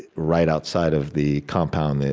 right outside of the compound,